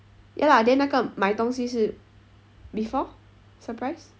ya lah then 那个买东西时:na ge mai don xi shi before surprise